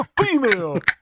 Female